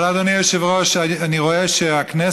אבל, אדוני היושב-ראש, אני רואה שהכנסת